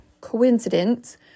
coincidence